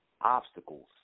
obstacles